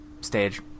stage